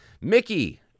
Mickey